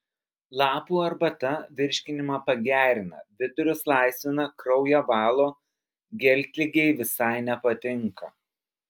lapų arbata virškinimą pagerina vidurius laisvina kraują valo geltligei visai nepatinka